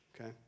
okay